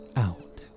out